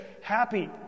happy